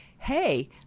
hey